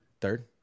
Third